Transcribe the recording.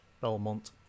Belmont